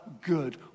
good